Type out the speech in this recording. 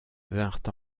vinrent